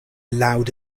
loud